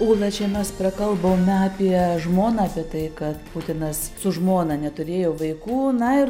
ula čia mes prakalbome apie žmoną apie tai kad putinas su žmona neturėjo vaikų na ir